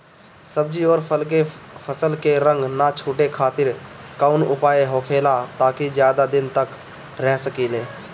सब्जी और फल के फसल के रंग न छुटे खातिर काउन उपाय होखेला ताकि ज्यादा दिन तक रख सकिले?